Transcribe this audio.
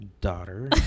daughter